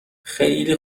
خیلی